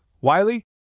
Wiley